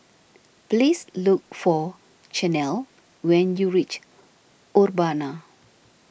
please look for Chanelle when you reach Urbana